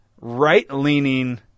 right-leaning